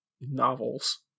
novels